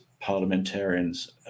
parliamentarians